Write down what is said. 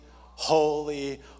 holy